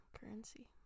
currency